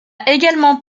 également